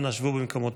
אנא שבו במקומותיכם.